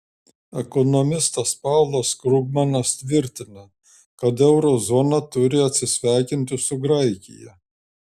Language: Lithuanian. ekonomistas paulas krugmanas tvirtina kad euro zona turi atsisveikinti su graikija